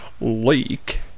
leak